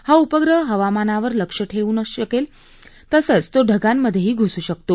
हा उपग्रह हवामानावर लक्ष ठेवू शकेल तसंच तो ढगांमधेही घुसू शकतो